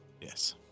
Yes